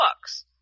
books